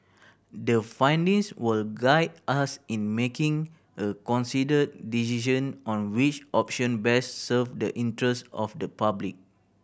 the findings will guide us in making a considered decision on which option best serve the interest of the public